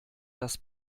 das